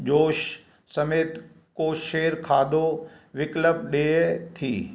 जोश समेत कोशेर खाधो विकल्प ॾे थी